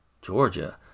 Georgia